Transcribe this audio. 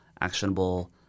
actionable